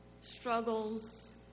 struggles